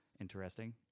interesting